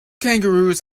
kangaroos